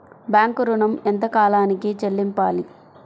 Bank ఋణం ఎంత కాలానికి చెల్లింపాలి?